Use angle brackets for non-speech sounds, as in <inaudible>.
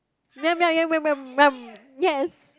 <noise> yes